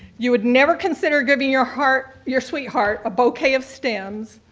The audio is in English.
you would never consider giving your heart your sweetheart a bouquet of stems.